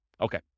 Okay